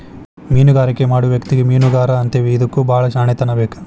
ಮೇನುಗಾರಿಕೆ ಮಾಡು ವ್ಯಕ್ತಿಗೆ ಮೇನುಗಾರಾ ಅಂತೇವಿ ಇದಕ್ಕು ಬಾಳ ಶ್ಯಾಣೆತನಾ ಬೇಕ